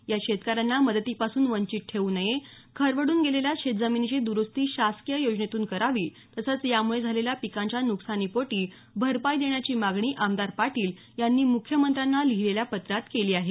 या शेतकऱ्यांना मदती पासून वंचित ठेवू नये खरवडून गेलेल्या शेतजमिनीची दुरुस्ती शासकीय योजनेतून करावी तसंच यामुळे झालेल्या पिकांच्या नुकसानीपोटी भरपाई देण्याची मागणी आमदार पाटील यांनी मुख्यमंत्र्यांना लिहिलेल्या पत्रात केली आहे